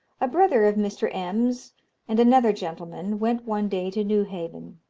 a brother of mr. m s and another gentleman went one day to newhaven,